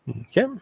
Okay